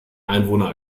einwohner